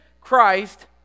Christ